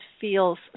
feels